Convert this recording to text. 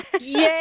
Yay